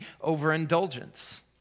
overindulgence